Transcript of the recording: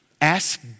Ask